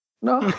¡No